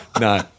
No